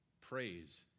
praise